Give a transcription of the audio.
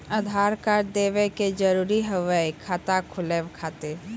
आधार कार्ड देवे के जरूरी हाव हई खाता खुलाए खातिर?